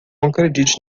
acredite